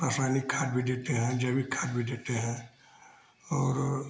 रसायनिक खाद भी देते हैं जैविक खाद भी देते हैं और